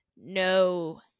no